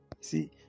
See